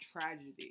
tragedy